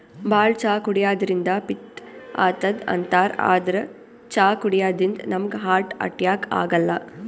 ಭಾಳ್ ಚಾ ಕುಡ್ಯದ್ರಿನ್ದ ಪಿತ್ತ್ ಆತದ್ ಅಂತಾರ್ ಆದ್ರ್ ಚಾ ಕುಡ್ಯದಿಂದ್ ನಮ್ಗ್ ಹಾರ್ಟ್ ಅಟ್ಯಾಕ್ ಆಗಲ್ಲ